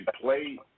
play